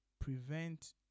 prevent